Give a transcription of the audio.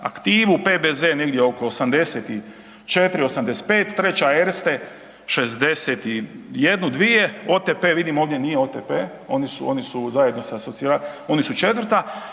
aktivu, PBZ negdje oko 84, 85, treća Erste 61, 62, OTP vidim ovdje nije OTP, oni su zajedno oni su četvrta